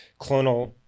clonal